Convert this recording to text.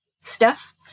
Steph